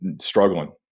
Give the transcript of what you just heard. struggling